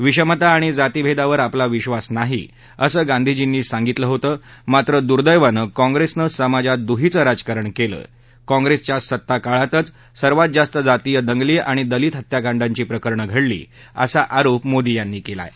विषमता आणि जातीभद्वीवर आपला विक्षास नाही असं गांधीजींनी सांगितलं होतं मात्र दुर्दैवानक्विँग्रेसिं समाजात दुहीचं राजकारण क्वि काँप्रस्तिया सत्ता काळातच सर्वात जास्त जातियं दंगली आणि दलितहत्याकांडाची प्रकरणं घडली असा आरोप त्यांनी कलाय